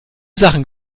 sachen